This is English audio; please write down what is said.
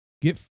get